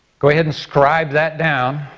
go ahead and scribe that down.